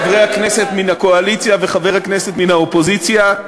חברי הכנסת מן הקואליציה וחבר הכנסת מן האופוזיציה,